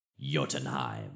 Jotunheim